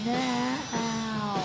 now